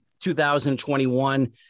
2021